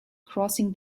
crossing